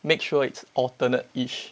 make sure it's alternate ish